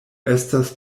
estas